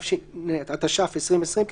התש"ף 2020,